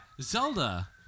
Zelda